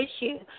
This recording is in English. issue